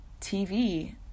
TV